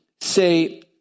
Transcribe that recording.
say